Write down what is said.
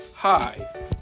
Hi